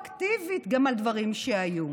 רטרואקטיבית, גם על דברים שהיו.